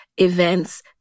events